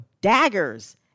daggers